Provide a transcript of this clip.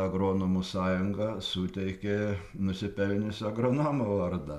agronomų sąjunga suteikė nusipelniusio agronomo vardą